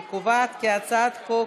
אני קובעת כי הצעת חוק